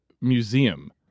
museum